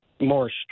more